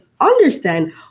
understand